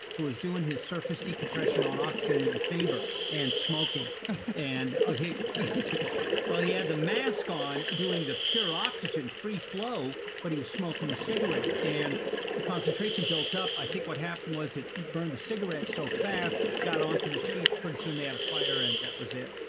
who was doing his surface decompression on oxygen in the chamber and smoking and ah while he had the mask on doing the pure oxygen free flow, but he was smoking the cigarette. and the concentration built up. i think what happened was it burned the cigarette so fast, got onto the sheets, pretty soon they had a fire and that was it.